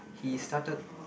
he started